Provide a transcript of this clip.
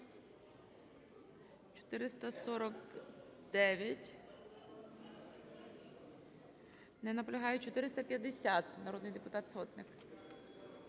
449. Не наполягає. 450, Народний депутат Сотник.